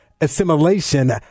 Assimilation